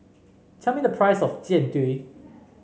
tell me the price of Jian Dui